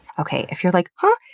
okay, if you're like, huh?